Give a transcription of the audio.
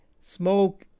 Smoke